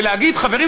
ולהגיד: חברים,